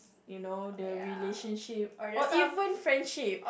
you know the relationship or even friendship